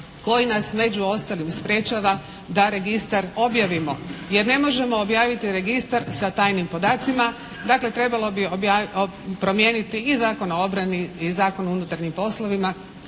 koji nas među ostalim sprječava da registar objavimo. Jer ne možemo objaviti registar sa tajnim podacima. Dakle, trebali bi promijeniti i Zakon o obrani i Zakon o unutarnjim poslovima,